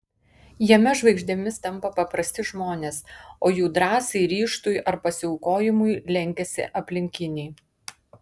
jame žvaigždėmis tampa paprasti žmonės o jų drąsai ryžtui ar pasiaukojimui lenkiasi aplinkiniai